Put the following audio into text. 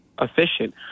efficient